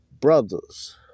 brothers